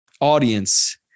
audience